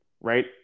right